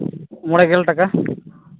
ᱢᱚᱬᱮᱜᱮᱞ ᱴᱟᱠᱟ